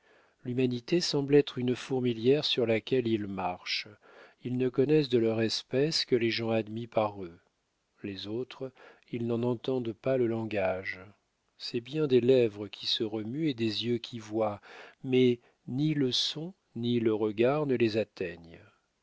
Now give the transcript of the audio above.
l'humanité semble être une fourmilière sur laquelle ils marchent ils ne connaissent de leur espèce que les gens admis par eux les autres ils n'en entendent pas le langage c'est bien des lèvres qui se remuent et des yeux qui voient mais ni le son ni le regard ne les atteignent